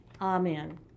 Amen